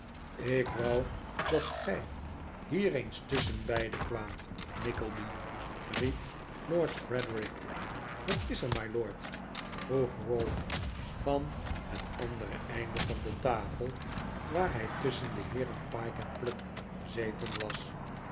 ik wou dat gij hier eens tusschenbeide kwaamt nickleby riep lord frederik wat is er mylord vroeg ralph van het andere einde van de tafel waar hij tusschen de heeren pyke en pluck gezeten was